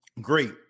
great